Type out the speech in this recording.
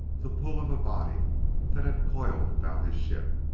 the pull of a body that had coiled about his ship.